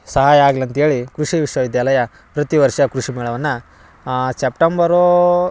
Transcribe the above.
ಸಹಾಯ ಆಗಲಿ ಅಂತ್ಹೇಳಿ ಕೃಷಿ ವಿಶ್ವ ವಿದ್ಯಾಲಯ ಪ್ರತಿ ವರ್ಷ ಕೃಷಿ ಮೇಳವನ್ನು ಸೆಪ್ಟಂಬರು